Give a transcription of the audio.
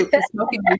Smoking